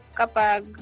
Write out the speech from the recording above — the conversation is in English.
kapag